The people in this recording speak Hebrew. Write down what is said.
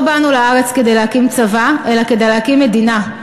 לא באנו לארץ כדי להקים צבא אלא כדי להקים מדינה,